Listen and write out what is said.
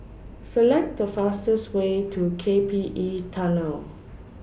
Select The fastest Way to K P E Tunnel